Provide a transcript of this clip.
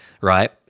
Right